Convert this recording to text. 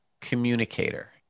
communicator